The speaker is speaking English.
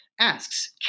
asks